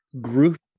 Group